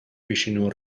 vicino